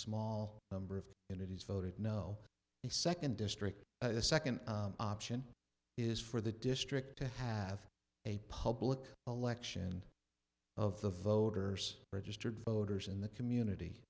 small number of it is voted no the second district the second option is for the district to have a public election of the voters registered voters in the community